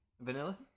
vanilla